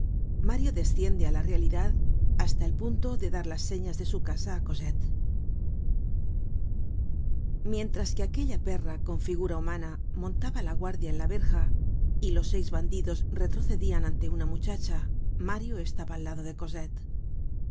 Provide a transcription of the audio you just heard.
mario desciende á la realidad hasta el punto de dar las señas de su casa á cosette mientras que aquella perra con figura humana montaba la guardia en la verja y los seis bandidos retrocedian ante una muchacha mario estaba al lado de